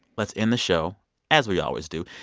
let's end the show as we always do.